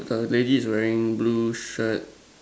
a lady is wearing blue shirt